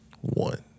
One